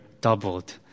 doubled